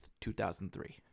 2003